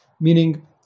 Meaning